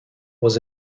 was